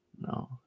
No